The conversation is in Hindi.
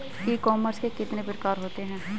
ई कॉमर्स के कितने प्रकार होते हैं?